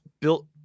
built